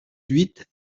huit